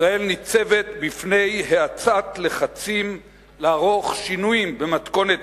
ישראל ניצבת בפני האצת לחצים לערוך שינויים במתכונת